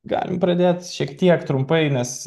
galim pradėt šiek tiek trumpai nes